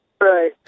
Right